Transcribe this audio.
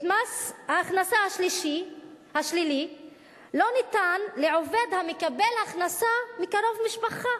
את מס ההכנסה השלילי לא ניתן לעובד המקבל הכנסה מקרוב משפחה,